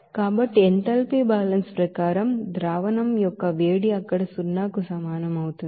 కాబట్టి enthalpy balance ప్రకారంగా heat of solution అక్కడ సున్నాకు సమానం అవుతుంది